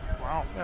Wow